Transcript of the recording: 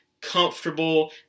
comfortable